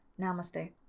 namaste